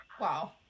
Wow